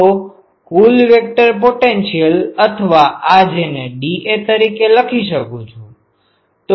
તો કુલ vector potential અથવા આ જેને dA તરીકે લખી શકું છું